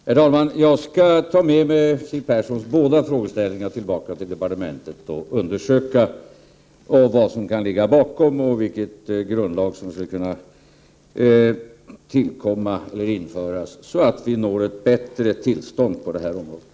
Herr talman! Jag skall ta med mig Siw Perssons båda frågeställningar tillbaka till departementet och undersöka vad som kan ligga bakom och vilket underlag som kan tillkomma, så att vi når ett bättre tillstånd på det här området.